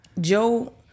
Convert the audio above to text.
Joe